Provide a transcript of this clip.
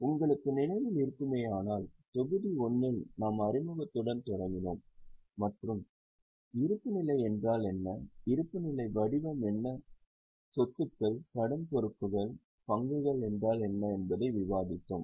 உங்களுக்கு நினைவில் இருக்குமேயானால் தொகுதி 1 இல் நாம் அறிமுகத்துடன் தொடங்கினோம் மற்றும் இருப்புநிலை என்றால் என்ன இருப்புநிலை வடிவம் என்ன சொத்துக்கள் கடன் பொறுப்புகள் பங்குகள் என்றால் என்ன என்பதை விவாதித்தோம்